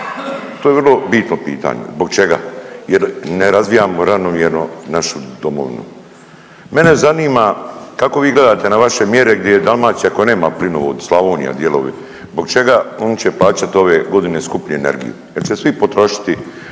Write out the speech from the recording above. To je vrlo bitno pitanje. Zbog čega? Jer ne razvijamo ravnomjerno našu domovinu. Mene zanima kako vi gledate na vaše mjere gdje Dalmacija koja nema plinovod, Slavonija dijelovi, zbog čega oni će plaćati ove godine skuplje energiju jer će svi potrošiti